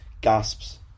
Gasps